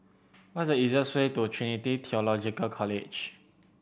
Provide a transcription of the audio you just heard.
what is the easiest way to Trinity Theological College